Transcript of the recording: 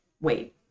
Wait